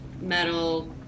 metal